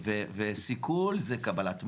וסיכול זה קבלת מידע,